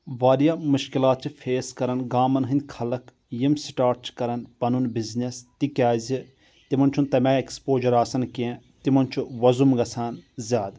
واریاہ مشکِلات چھِ فیس کران گامن ہنٛدۍ خلق یِم سٹاٹ چھِ کران پنُن بزنس تِکیازِ تِمن چھُنہٕ تمہِ آیہِ ایٚکٕسپوجر آسان کینٛہہ تِمن چھُ وۄزُم گژھان زیادٕ